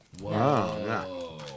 Whoa